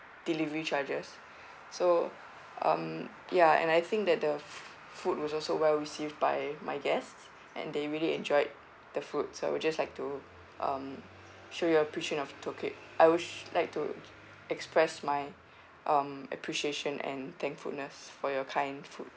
delivery charges so um ya and I think that the fo~ food was also well received by my guests and they really enjoyed the food so I would just like to um show you appreciate of toke~ I would sh~ like to express my um appreciation and thankfulness for your kind food